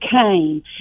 came